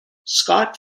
scott